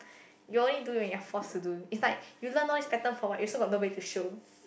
you only do when you're forced to do is like you learn all this pattern for what you also got nobody to show